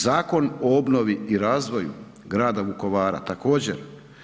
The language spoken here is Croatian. Zakon o obnovi i razvoju grada Vukovara također.